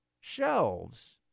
shelves